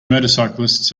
motorcyclists